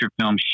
film